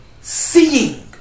seeing